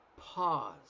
Pause